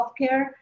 healthcare